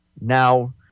now